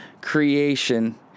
creation